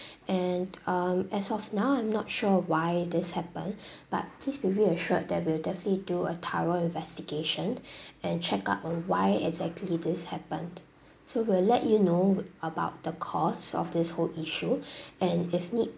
and um as of now I'm not sure why this happened but please be reassured that we'll definitely do a thorough investigation and check out on why exactly this happened so we'll let you know about the cause of this whole issue and if need